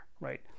right